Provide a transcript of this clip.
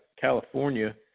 California